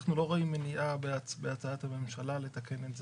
אנחנו לא רואים מניעה בהצעת הממשלה לתקן את זה.